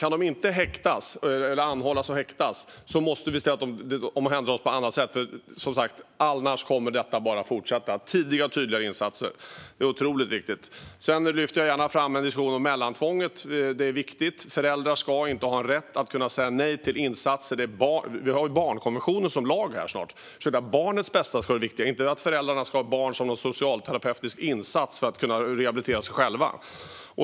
Kan de inte anhållas och häktas måste vi se till att de omhändertas på annat sätt, för annars kommer detta bara att fortsätta. Tidiga och tydliga insatser är otroligt viktigt. Sedan lyfter jag gärna fram en diskussion om mellantvånget - det är viktigt. Föräldrar ska inte ha rätt att säga nej till insatser. Vi har snart barnkonventionen som lag. Det är barnets bästa som ska vara det viktiga, inte att föräldrar kan ha barn som något slags socialterapeutisk insats för att rehabilitera sig själva.